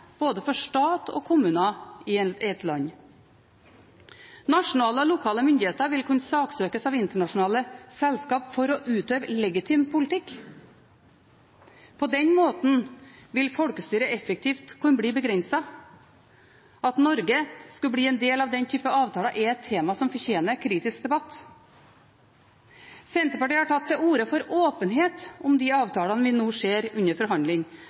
både stat og kommuner i et land. Nasjonale og lokale myndigheter vil kunne saksøkes av internasjonale selskaper for å utøve legitim politikk. På den måten vil folkestyret effektivt kunne bli begrenset. At Norge skulle bli en del av den typen avtaler, er et tema som fortjener kritisk debatt. Senterpartiet har tatt til orde for åpenhet om de avtalene vi nå ser er under forhandling,